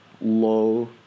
low